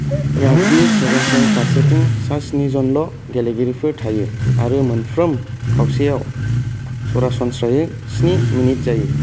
rugby सेभेन्सआव फारसेथिं सास्नि जनल' गेलेगिरिफोर थायो आरो मोनफ्रोम खावसेयाव सरासनस्रायै स्नि मिनिट जायो